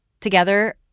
Together